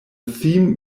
theme